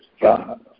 God